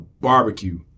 barbecue